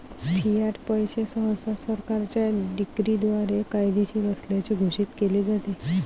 Fiat पैसे सहसा सरकारच्या डिक्रीद्वारे कायदेशीर असल्याचे घोषित केले जाते